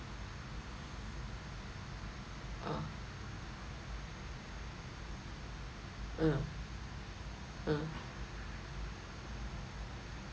ugh uh uh